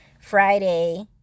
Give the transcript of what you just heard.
Friday